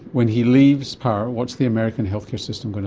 when he leaves power what's the american health care system going